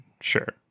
sure